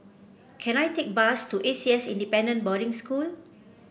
can I take a bus to A C S Independent Boarding School